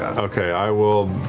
okay, i will